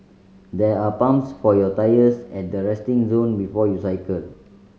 there are pumps for your tyres at the resting zone before you cycle